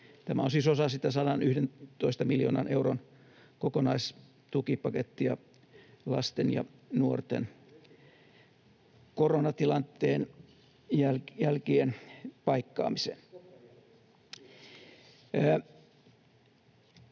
Tämä on siis osa sitä 111 miljoonan euron kokonaistukipakettia lasten ja nuorten koronatilanteen jälkien paikkaamiseen.